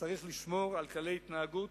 צריך לשמור על כללי התנהגות